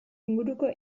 inguruko